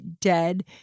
dead—